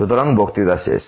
সুতরাং বক্তৃতা শেষ